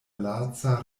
laca